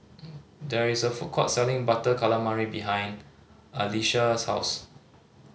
there is a food court selling Butter Calamari behind Alysha's house